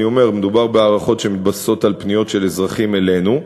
מדובר בהערכות שמתבססות על פניות של אזרחים אלינו.